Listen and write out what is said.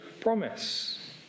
promise